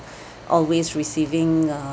always receiving err